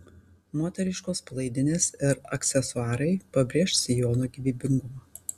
moteriškos palaidinės ir aksesuarai pabrėš sijono gyvybingumą